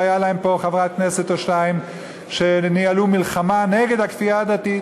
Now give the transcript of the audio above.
והיו להם פה חברת כנסת או שתיים שניהלו מלחמה נגד הכפייה הדתית.